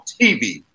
TV